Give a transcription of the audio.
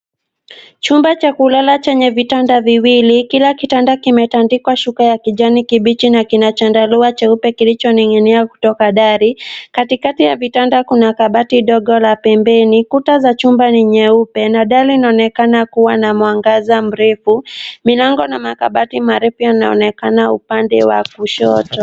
Chumba cha kulala chenye vitanda viwili. Kila kitanda kimetandikwa shuka ya kijani kibichi na kina chandarua cheupe kilichoning'inia kutoka dari. Katikati ya vitanda kuna kabati ndogo la pembeni. Kuta za chumba ni nyeupe na dari inaonekana kuwa na mwangaza mrefu. Milango na makabati marefu yanaonekana upande wa kushoto.